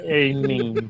aiming